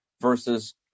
versus